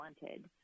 wanted